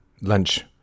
Lunch